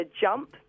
jump